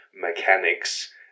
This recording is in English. mechanics